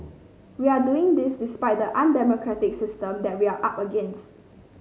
we are doing this despite the undemocratic system that we are up against